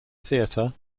theater